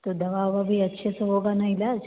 तो दवा ववा भी अच्छे से होगा ना इलाज